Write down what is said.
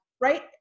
Right